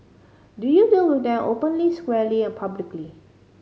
do you deal with their openly squarely and publicly